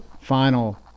final